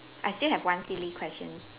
I still have one silly question